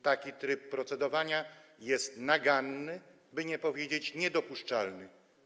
Taki tryb procedowania jest naganny, by nie powiedzieć: niedopuszczalny.